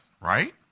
right